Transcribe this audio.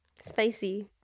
Spicy